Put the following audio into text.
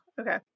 Okay